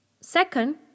Second